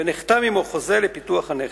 ונחתם עמו חוזה לפיתוח הנכס.